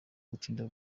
gutinda